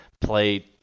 play